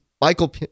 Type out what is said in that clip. Michael